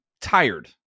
tired